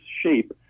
shape